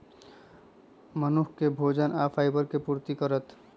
मनुख के भोजन आ फाइबर के पूर्ति करत